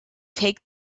take